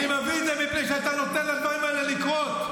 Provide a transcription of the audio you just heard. אני מביא את זה מפני שאתה נותן לדברים האלה לקרות,